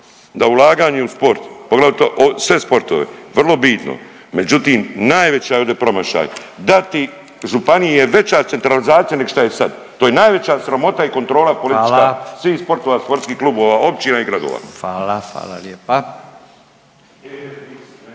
da ulaganje u sport poglavito sve sportove vrlo bitno, međutim najveća je ovdje promašaj dati županiji je veća centralizacija neg šta je sad. To je najveća sramota i kontrola politička …/Upadica: Hvala./… svih sportova sportskih klubova općina i gradova. **Radin,